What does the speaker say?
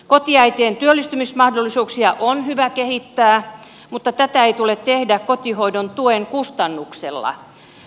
kotiäitien työllistymismahdollisuuksia on hyvä kehittää mutta tätä ei tule tehdä kotihoidon tuen kustannuksella